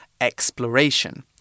exploration